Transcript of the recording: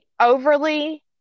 overly